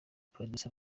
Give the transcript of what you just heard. producer